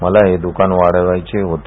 मला हे दुकान वाढवायचे होते